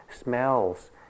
smells